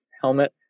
helmet